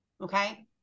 Okay